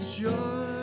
joy